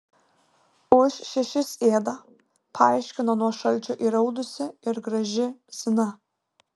už šešis ėda paaiškino nuo šalčio įraudusi ir graži zina